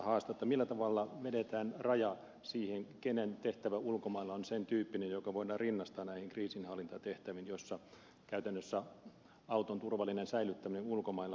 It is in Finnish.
millä tavalla vedetään raja siihen kenen tehtävä ulkomailla on sen tyyppinen että se voidaan rinnastaa näihin kriisinhallintatehtäviin joissa käytännössä auton turvallinen säilyttäminen ulkomailla vaarantuu